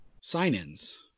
sign-ins